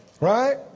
Right